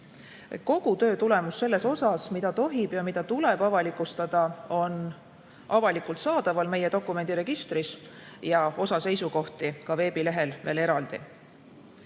Kogu töö tulemus selles osas, mida tohib ja mida tuleb avalikustada, on avalikult saadaval meie dokumendiregistris ja osa seisukohti on ka veebilehel. Nagu igal